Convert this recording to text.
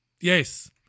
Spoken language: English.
Yes